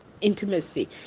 intimacy